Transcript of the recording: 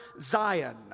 Zion